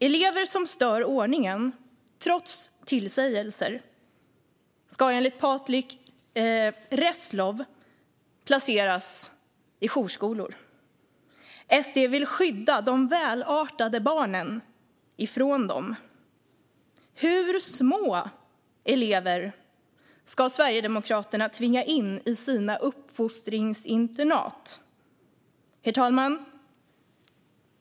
Elever som trots tillsägelser stör ordningen ska enligt Patrick Reslow placeras i jourskolor. Sverigedemokraterna vill skydda de välartade barnen från dem. Hur små elever ska Sverigedemokraterna tvinga in på sina uppfostringsinternat? Herr talman!